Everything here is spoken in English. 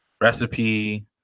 Recipe